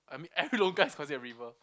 I mean every longkang is considered a river